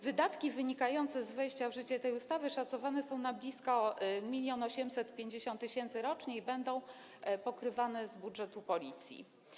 Wydatki wynikające z wejścia w życie tej ustawy szacowane są na blisko 1850 tys. rocznie i będą pokrywane z budżetu Policji.